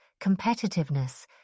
competitiveness